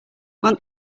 want